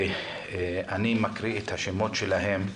אני קורא את השמות שלהם.